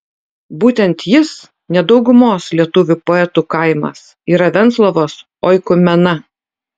būtent jis ne daugumos lietuvių poetų kaimas yra venclovos oikumena